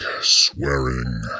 swearing